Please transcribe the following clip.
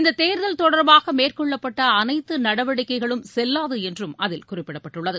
இந்தத் தேர்தல் தொடர்பாக மேற்கொள்ளப்பட்ட அனைத்து நடவடிக்கைகளும் செல்லாது என்றும் அதில் குறிப்பிடப்பட்டுள்ளது